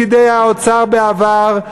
פקידי האוצר בעבר?